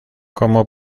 como